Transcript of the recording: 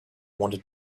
wanted